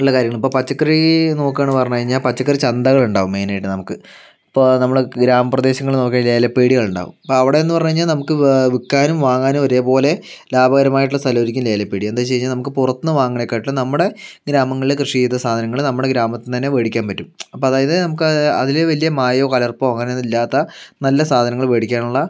ഉള്ള കാര്യങ്ങൾ ഇപ്പോൾ പച്ചക്കറി നോക്കുകയാണ് പറഞ്ഞു കഴിഞ്ഞാൽ പച്ചക്കറി ചന്തകൾ ഉണ്ടാവും മെയിനായിട്ട് നമുക്ക് ഇപ്പോൾ അത് നമ്മൾ ഗ്രാമ പ്രദേശങ്ങൾ നോക്കി കഴിഞ്ഞാൽ ലേല പീഡികകൾ ഉണ്ടാവും അപ്പം അവിടെനിന്ന് പറഞ്ഞു കഴിഞ്ഞാൽ നമുക്ക് വിൽക്കാനും വാങ്ങാനും ഒരേപോലെ ലാഭകരമായിട്ടുള്ള സ്ഥലമായിരിക്കും ലേലപ്പീഡിക എന്താണെന്ന് വച്ച് കഴിഞ്ഞാൽ നമുക്ക് പുറത്ത് നിന്ന് വാങ്ങണേക്കാട്ടിലും നമ്മുടെ ഗ്രാമങ്ങളിലെ കൃഷി ചെയ്ത സാധനങ്ങൾ നമ്മുടെ ഗ്രാമത്തിൽനിന്ന് തന്നെ മേടിക്കാൻ പറ്റും അപ്പോൾ അതായത് നമുക്ക് അതിൽ വലിയ മായമോ കലർപ്പോ അങ്ങനെയൊന്നും ഇല്ലാത്ത നല്ല സാധനങ്ങൾ മേടിക്കാനുള്ള